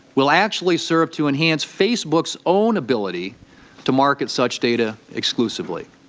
will actually serve to enhance facebook's own ability to market such data exclusively.